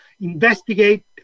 investigate